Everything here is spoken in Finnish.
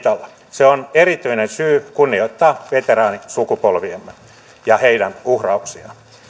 se on erityinen syy kunnioittaa veteraanisukupolviamme ja heidän uhrauksiaan